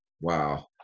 Wow